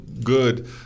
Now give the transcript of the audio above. good